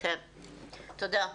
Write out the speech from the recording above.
תודה.